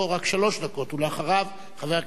ואחריו, חבר הכנסת מוחמד ברכה.